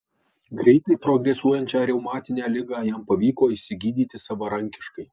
greitai progresuojančią reumatinę ligą jam pavyko išsigydyti savarankiškai